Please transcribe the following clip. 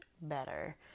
better